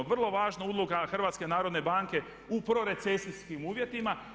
Vrlo važna uloga HNB-a u prorecesijskim uvjetima.